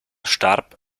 starb